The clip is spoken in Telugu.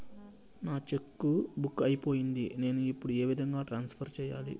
నా చెక్కు బుక్ అయిపోయింది నేను ఇప్పుడు ఏ విధంగా ట్రాన్స్ఫర్ సేయాలి?